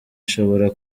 nshobora